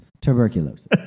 tuberculosis